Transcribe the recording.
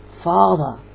Father